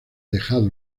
dejado